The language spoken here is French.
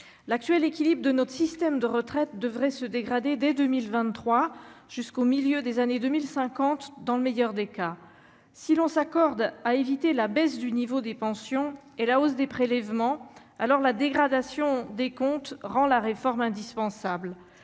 l'actuel équilibre de notre système de retraite devrait se dégrader dès 2023 jusqu'au milieu des années 2050, dans le meilleur des cas, si l'on s'accorde à éviter la baisse du niveau des pensions et la hausse des prélèvements alors la dégradation des comptes rend la réforme indispensable,